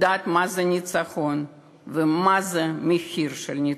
יודעת מה זה ניצחון ומה זה מחיר של ניצחון.